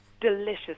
delicious